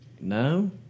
No